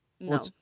no